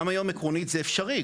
גם היום זה אפשרי,